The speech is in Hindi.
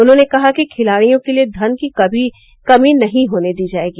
उन्होंने कहा कि खिलाड़ियों के लिए धन की कभी भी कोई कमी नहीं होने दी जाएगी